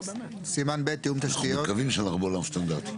אנחנו מקווים שאנחנו בעולם סטנדרטי.